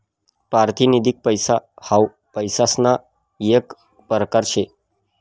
पारतिनिधिक पैसा हाऊ पैसासना येक परकार शे